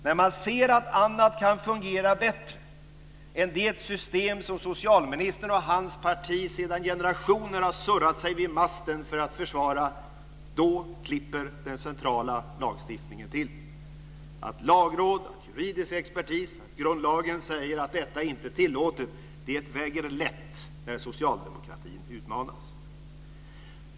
När man ser att annat kan fungera bättre än det system som socialministern och hans parti sedan generationer har surrat sig vid masten för att försvara klipper den centrala lagstiftningen till. Att Lagrådet, juridisk expertis och grundlagen säger att det inte är tillåtet väger lätt när socialdemokratin utmanas.